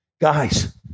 Guys